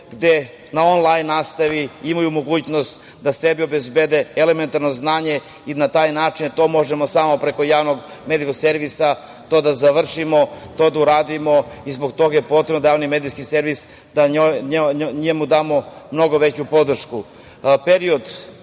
gde na onlajn nastavi imaju mogućnost da sebi obezbede elementarno znanje i na taj način to možemo samo preko javnog medijskog servisa to da završimo, to da uradimo. Zbog toga je potrebno da javnom medijskom servisu damo mnogo veću podršku. Period